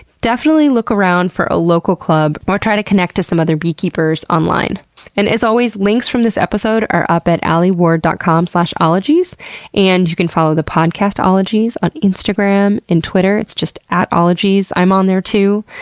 definitely look around for a local club or try to connect to some other beekeepers online. and as always, links from this episode are up at ah alieward dot com slash ologies and you can follow the podcast ologies on instagram and twitter. it's just at ologies. i'm on there too,